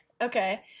Okay